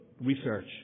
research